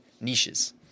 niches